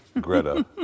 Greta